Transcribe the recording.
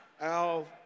Al